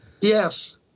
Yes